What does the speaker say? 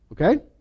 okay